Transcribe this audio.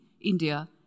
India